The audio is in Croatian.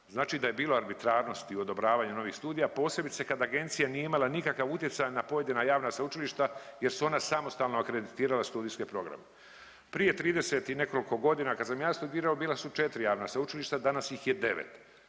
Znači da je bilo arbitrarnosti u odobravanju novih studija posebice kad agencija nije imala nikakav utjecaj na pojedina javna sveučilišta jer su ona samostalno akreditirala studijske programe. Prije 30 i nekoliko godina kad sam ja studirao bila su 4 javna sveučilišta, danas ih je 9.